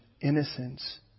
innocence